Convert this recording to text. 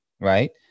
right